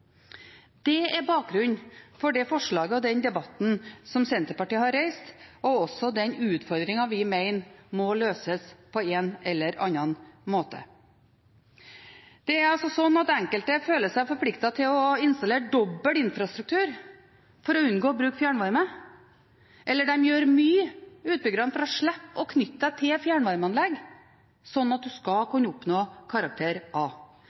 Det er bakgrunnen for det forslaget og den debatten som Senterpartiet har reist, og også for den utfordringen vi mener må løses på en eller annen måte. Det er altså slik at enkelte føler seg forpliktet til å installere dobbel infrastruktur for å unngå å bruke fjernvarme, eller at utbyggerne gjør mye for å slippe å knytte seg til fjernvarmeanlegg slik at en skal kunne oppnå karakteren A,